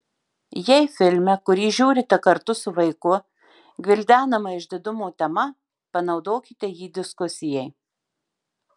jei filme kurį žiūrite kartu su vaiku gvildenama išdidumo tema panaudokite jį diskusijai